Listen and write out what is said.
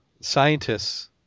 scientists